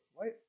right